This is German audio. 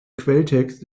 quelltext